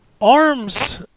ARMS